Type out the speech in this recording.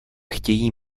chtějí